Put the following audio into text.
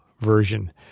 version